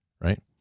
right